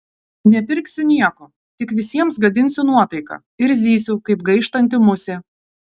nepirksiu nieko tik visiems gadinsiu nuotaiką ir zysiu kaip gaištanti musė